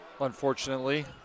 unfortunately